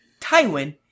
Tywin